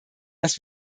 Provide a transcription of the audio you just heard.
dass